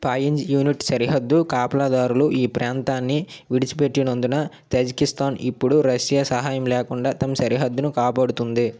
పాయింజ్ unit సరిహద్దు కాపలాదారులు ఈ ప్రాంతాన్ని విడిచిపెట్టినందున తజికిస్తాన్ ఇప్పుడు రష్యా సహాయం లేకుండా తమ సరిహద్దును కాపాడుతుంది